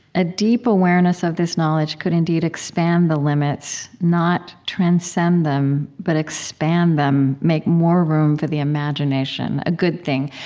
a deep awareness of this knowledge could indeed expand the limits not transcend them, but expand them, make more room for the imagination. a good thing.